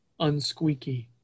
unsqueaky